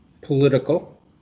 political